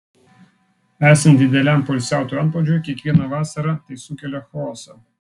esant dideliam poilsiautojų antplūdžiui kiekvieną vasarą tai sukelia chaosą